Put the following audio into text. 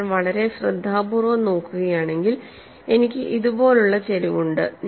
നിങ്ങൾ വളരെ ശ്രദ്ധാപൂർവ്വം നോക്കുകയാണെങ്കിൽ എനിക്ക് ഇതുപോലുള്ള ചരിവ് ഉണ്ട്